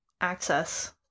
access